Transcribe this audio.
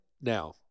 now